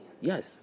Yes